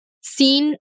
seen